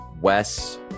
wes